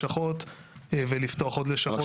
לשנות את החקיקה.